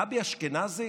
גבי אשכנזי